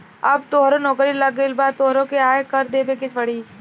अब तोहरो नौकरी लाग गइल अब तोहरो के आय कर देबे के पड़ी